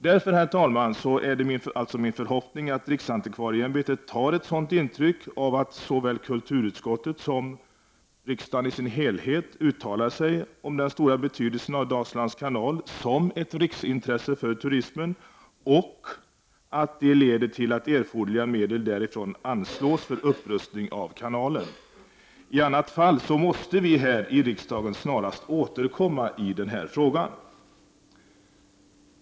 Därför, herr talman, är det min förhoppning att riksantikvarieämbetet tar sådant intryck av att såväl kulturutskottet som riksdagen i sin helhet uttalar sig för den stora betydelsen av Dalslands kanal som ett riksintresse för turismen och att det leder till att erforderliga medel därifrån anslås för upprustning av kanalen. I annat fall måste vi här i riksdagen snarast återkomma i frågan.